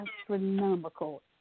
astronomical